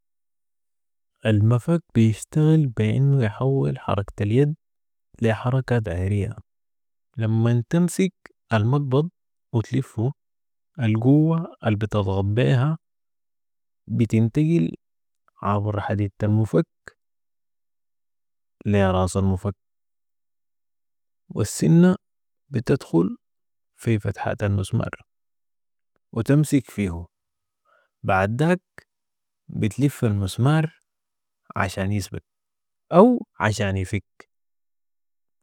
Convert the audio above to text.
المفك بيشتغل بي انو يحول حركة اليد لي حركة دائرية ، لمن تمسك المقبض و تلفو القوة البتضغت بيها بتنتقل عبر حديدة المفك لي راس المفك و السنة بتدخل في فتحة المسمار و بتمسك فيهو بعداك بتلف المسمار عشان يسبت أو عشان يفك